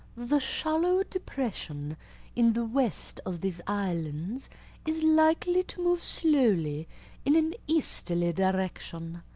the shallow depression in the west of these islands is likely to move slowly in an easterly direction.